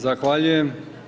Zahvaljujem.